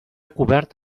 cobert